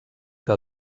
que